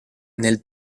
nel